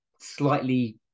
slightly